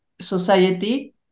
society